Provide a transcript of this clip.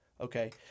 Okay